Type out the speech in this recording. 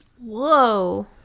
Whoa